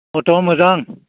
गथ'आ मोजां